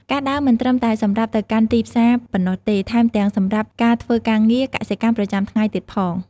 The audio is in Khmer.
ការដើរមិនត្រឹមតែសម្រាប់ទៅកាន់ទីផ្សារប៉ុណ្ណោះទេ ថែមទាំងសម្រាប់ការធ្វើការងារកសិកម្មប្រចាំថ្ងៃទៀតផង។